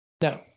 No